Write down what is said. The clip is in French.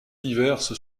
diverse